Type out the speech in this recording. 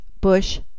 Bush